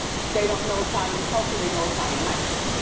they don't know italian culture, they know italian ice.